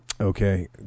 okay